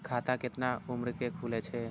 खाता केतना उम्र के खुले छै?